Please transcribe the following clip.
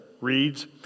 reads